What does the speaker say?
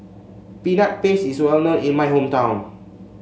Peanut Paste is well known in my hometown